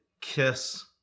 kiss